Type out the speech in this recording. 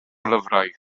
lyfrau